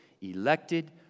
elected